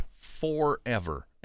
forever